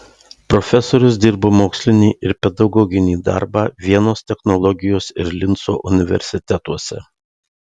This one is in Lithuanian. profesorius dirbo mokslinį ir pedagoginį darbą vienos technologijos ir linco universitetuose